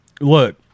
look